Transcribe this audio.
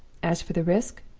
as for the risk,